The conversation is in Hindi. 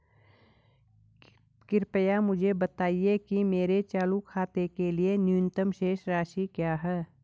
कृपया मुझे बताएं कि मेरे चालू खाते के लिए न्यूनतम शेष राशि क्या है?